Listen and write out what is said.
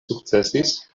sukcesis